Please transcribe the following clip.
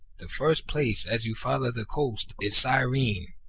the first place, as you follow the coast, is cyrene,